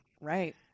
Right